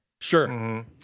Sure